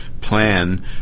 plan